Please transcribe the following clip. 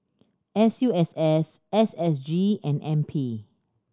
S U S S S S G and N P